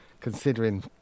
considering